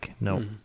No